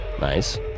Nice